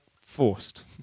forced